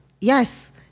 yes